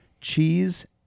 cheese